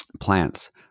plants